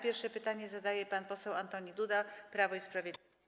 Pierwszy pytanie zadaje pan poseł Antoni Duda, Prawo i Sprawiedliwość.